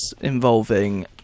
involving